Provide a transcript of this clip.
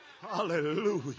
Hallelujah